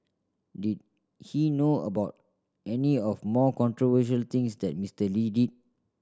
did he know about any of more controversial things that Mister Lee did